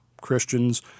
Christians